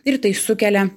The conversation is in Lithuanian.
ir tai sukelia